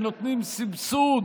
שנותנות סבסוד